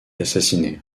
assassiné